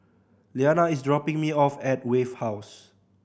Leanna is dropping me off at Wave House